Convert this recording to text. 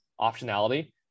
optionality